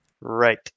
Right